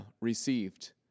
received